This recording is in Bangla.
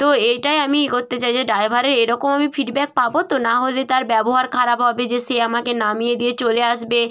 তো এটাই আমি ই করতে চাই যে ড্রাইভারের এরকম আমি ফিডব্যাক পাব তো নাহলে তার ব্যবহার খারাপ হবে যে সে আমাকে নামিয়ে দিয়ে চলে আসবে